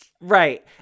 Right